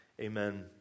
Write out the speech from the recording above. amen